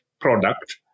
product